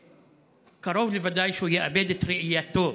שקרוב לוודאי שהוא יאבד את ראייתו,